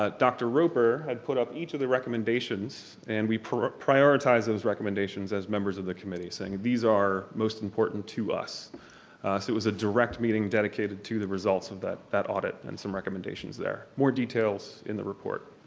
ah dr. roper had put up each of the recommendations and we prioritize those recommendations as members of the committee saying these are most important to us. so it was a direct meeting dedicated to the results of that that audit and some recommendations there. more details in the report.